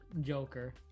Joker